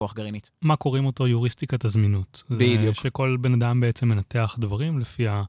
מה קוראים אותו יוריסטיקת הזמינות. בדיוק. שכל בן אדם בעצם מנתח דברים לפי ה...